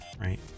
right